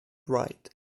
right